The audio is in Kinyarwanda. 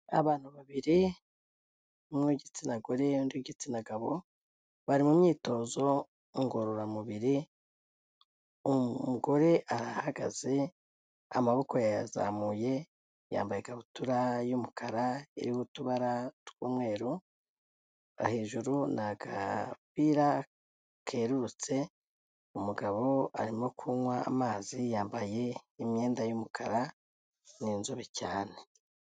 Abantu babiri: umwe w'igitsina gore, undi w'igitsina gabo, bari mu myitozo ngororamubiri, umugore ahagaze, amaboko yayazamuye, yambaye ikabutura y'umukara iriho utubara tw'umweru, hejuru n'agapira kerurutse, umugabo arimo kunywa amazi, yambaye imyenda y'umukara, ni inzobe cyane.